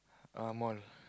uh mall